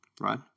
right